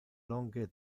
longe